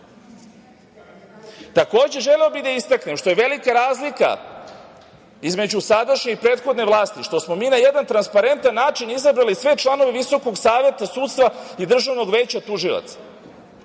DS.Takođe, želeo bih da istaknem, što je velika razlika između sadašnje i prethodne vlasti, što smo mi na jedan transparentan način izabrali sve članove Visokog savet sudstva i Državnog veća tužilaca